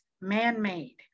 man-made